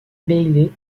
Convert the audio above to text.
bailey